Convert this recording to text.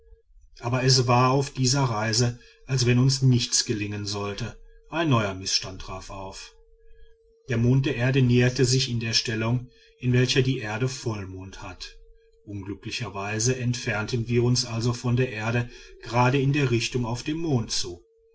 aber es war auf dieser reise als wenn uns nichts gelingen sollte ein neuer mißstand trat auf der mond der erde näherte sich der stellung in welcher die erde vollmond hat unglücklicherweise entfernten wir uns also von der erde gerade in der richtung auf den mond zu